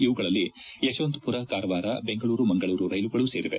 ಇವುಗಳಲ್ಲಿ ಯಶವಂತಮರ ಕಾರವಾರ ಬೆಂಗಳೂರು ಮಂಗಳೂರು ರೈಲುಗಳು ಸೇರಿವೆ